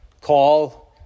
call